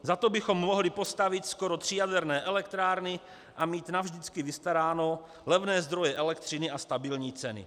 Za to bychom mohli postavit skoro tři jaderné elektrárny a mít navždycky vystaráno, levné zdroje elektřiny a stabilní ceny.